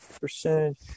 percentage